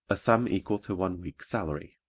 a sum equal to one week's salary,